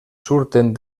surten